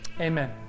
Amen